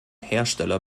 hersteller